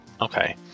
Okay